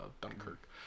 Dunkirk